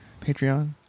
Patreon